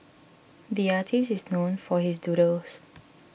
the artist is known for his doodles